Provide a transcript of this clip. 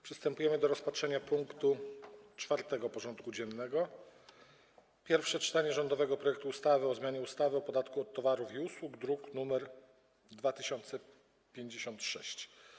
Przystępujemy do rozpatrzenia punktu 4. porządku dziennego: Pierwsze czytanie rządowego projektu ustawy o zmianie ustawy o podatku od towarów i usług (druk nr 2056)